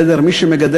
מזון